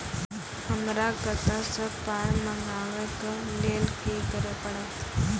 हमरा कतौ सअ पाय मंगावै कऽ लेल की करे पड़त?